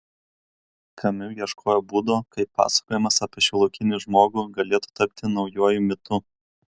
kamiu ieškojo būdo kaip pasakojimas apie šiuolaikinį žmogų galėtų tapti naujuoju mitu